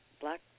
black